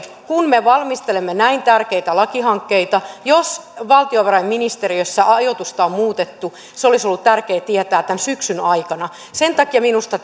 kun me valmistelemme näin tärkeitä lakihankkeita niin jos valtiovarainministeriössä ajoitusta on muutettu se olisi ollut tärkeää tietää tämän syksyn aikana sen takia minusta